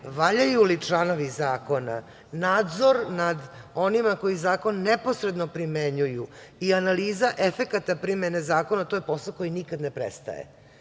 valjaju li članovi zakona, nadzor nad onima koji zakon neposredno primenjuju i analiza efekata primene zakona, to je posao koji nikada ne prestaje.